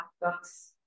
books